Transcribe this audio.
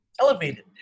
elevated